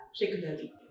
regularly